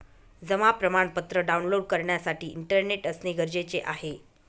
जमा प्रमाणपत्र डाऊनलोड करण्यासाठी इंटरनेट असणे गरजेचे आहे